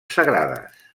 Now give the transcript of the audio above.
sagrades